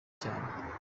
cyane